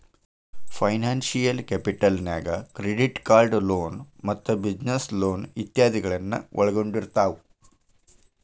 financial capital ನ್ಯಾಗ್ credit card loan ಮತ್ತ business loan ಇತಾದಿಗಳನ್ನ ಒಳ್ಗೊಂಡಿರ್ತಾವ